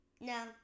No